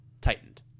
tightened